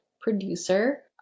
producer